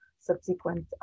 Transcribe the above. subsequent